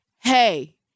hey